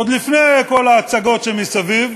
עוד לפני כל ההצגות שמסביב,